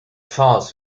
falls